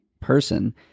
person